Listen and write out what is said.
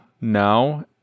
now